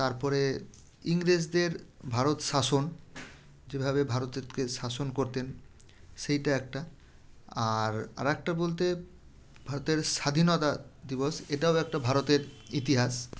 তারপরে ইংরেজদের ভারত শাসন যেভাবে ভারতেরকে শাসন করতেন সেইটা একটা আর আরেকটা বলতে ভারতের স্বাধীনতা দিবস এটাও একটা ভারতের ইতিহাস